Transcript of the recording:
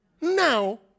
now